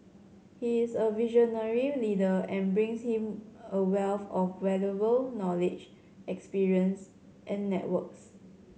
he is a visionary leader and brings him a wealth of valuable knowledge experience and networks